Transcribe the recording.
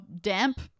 damp